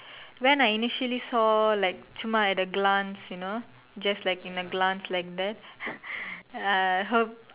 when I initially saw like சும்மா:summaa at the glance you know just like in a glance like that I hope